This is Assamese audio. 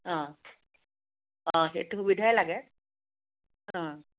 অ' অ' সেইটো সুবিধাই লাগে অ'